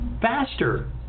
faster